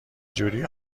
جوری